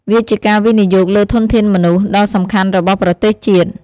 វាជាការវិនិយោគលើធនធានមនុស្ស ដ៏សំខាន់របស់ប្រទេសជាតិ។